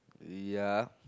ya